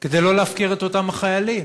כדי לא להפקיר את אותם החיילים?